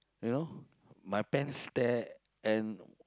you know my pants tear and